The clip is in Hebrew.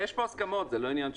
יש פה הסכמות, זה לא העניין.